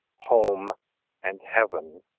home and heaven,